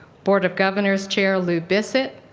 board of governors chair lou bissett,